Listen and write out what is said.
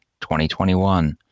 2021